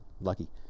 lucky